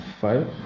Five